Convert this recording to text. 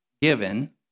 given